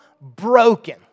broken